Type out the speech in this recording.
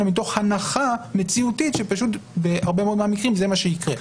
אלא מתוך הנחה מציאותית שבהרבה מאוד פעמים זה מה שיקרה.